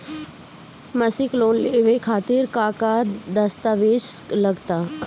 मसीक लोन लेवे खातिर का का दास्तावेज लग ता?